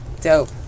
Dope